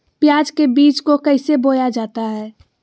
प्याज के बीज को कैसे बोया जाता है?